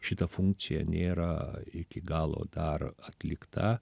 šita funkcija nėra iki galo dar atlikta